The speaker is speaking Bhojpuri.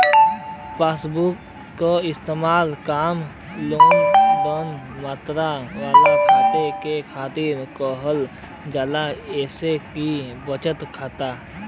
पासबुक क इस्तेमाल कम लेनदेन मात्रा वाले खाता के खातिर किहल जाला जइसे कि बचत खाता